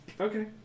Okay